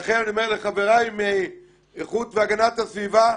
לכן אני אומר לחבריי מהגנת הסביבה,